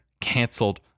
canceled